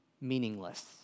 Meaningless